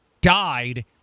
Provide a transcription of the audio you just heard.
died